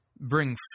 bring